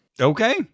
Okay